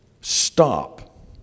stop